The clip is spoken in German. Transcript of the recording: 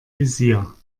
visier